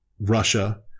russia